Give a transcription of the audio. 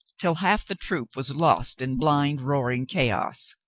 till half the troop was lost in blind, roar ing chaos.